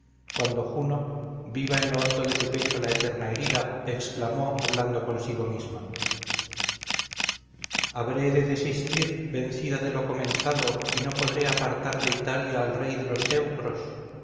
cuando juno viva en lo hondo de su pecho la eterna herida exclamó hablando consigo misma habré de desistir vencida de lo comenzado y no podré apartar de italia al rey de los teucros